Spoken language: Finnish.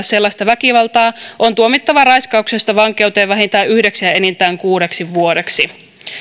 sellaista väkivaltaa on tuomittava raiskauksesta vankeuteen vähintään yhdeksi ja ja enintään kuudeksi vuodeksi